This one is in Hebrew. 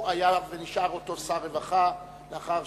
הוא היה ונשאר אותו שר רווחה, מאחר